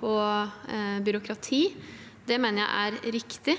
og byråkrati. Det mener jeg er riktig.